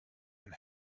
and